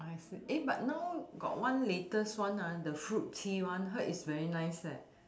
I see eh but now got one latest one ah the fruit tea one heard is very nice eh